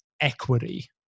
equity